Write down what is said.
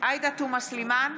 עאידה תומא סלימאן,